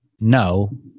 no